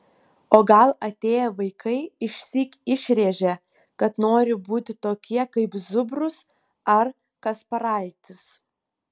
o gal atėję vaikai išsyk išrėžia kad nori būti tokie kaip zubrus ar kasparaitis